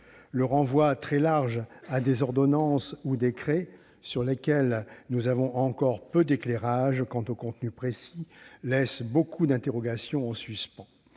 Le renvoi très large à des ordonnances ou décrets, sur le contenu desquels nous avons encore peu d'éclairages précis, laisse beaucoup d'interrogations en suspens.